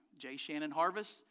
jshannonharvest